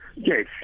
Yes